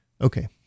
Okay